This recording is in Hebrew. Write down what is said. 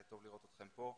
טוב לראות אתכם פה.